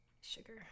sugar